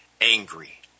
angry